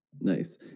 nice